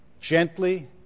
Gently